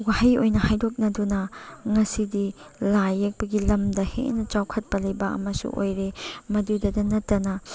ꯋꯥꯍꯩ ꯑꯣꯏꯅ ꯍꯥꯏꯗꯣꯛꯅꯗꯨꯅ ꯉꯁꯤꯗꯤ ꯂꯥꯏ ꯌꯦꯛꯄꯒꯤ ꯂꯝꯗ ꯍꯦꯟꯅ ꯆꯥꯎꯈꯠꯄ ꯂꯩꯕꯥꯛ ꯑꯃꯁꯨ ꯑꯣꯏꯔꯦ ꯃꯗꯨꯗꯇ ꯅꯠꯇꯅ